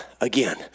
again